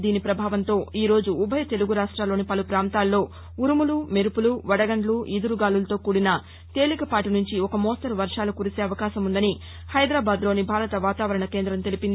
దీని ప్రభావంతో ఈరోజు ఉభయ తెలుగురాష్ట్రాల్లోని పలు ప్రాంతాల్లో ఉరుములు మెరుపులు వదగండ్లు ఈదురు గాలులతో కూడిన తేలికపాటి నుంచి ఒక మోస్తరు వర్షాలు కురిసే అవకాశం ఉందని హైదరాబాద్ లోని భారత వాతావరణ కేంద్రం తెలిపింది